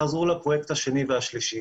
חזרו לפרויקט השני והשלישי